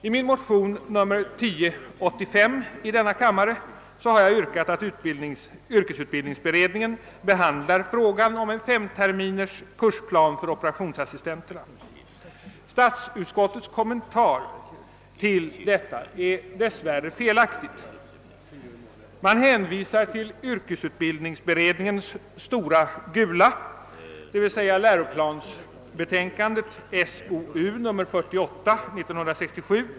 I min motion nr 1085 i denna kammare har jag yrkat att yrkesutbildningsutredningen behandlar frågan om en femterminers kursplan för operationsassistenterna. Statsutskottets kommentar till detta är felaktig. Utskottet hänvisar till yrkesutbildningsberedningens »stora gula», d.v.s. läroplansbetänkan det SOU nr 48:1967.